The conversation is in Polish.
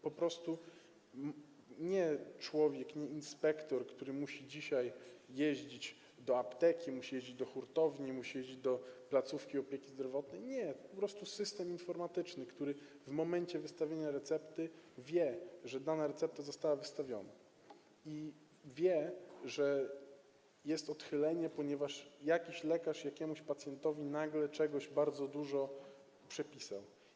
Po prostu nie człowiek, nie inspektor, który musi dzisiaj jeździć do apteki, musi jeździć do hurtowni, musi jeździć do placówki opieki zdrowotnej, nie, po prostu system informatyczny, który w momencie wystawienia recepty wie, że dana recepta została wystawiona, i wie, że jest odchylenie, ponieważ jakiś lekarz jakiemuś pacjentowi nagle czegoś bardzo dużo przepisał.